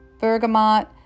bergamot